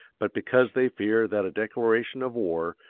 but because they fear that a declaration of war,